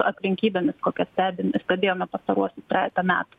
aplinkybėmis kokias stebim stebėjome pastaruosius trejetą metų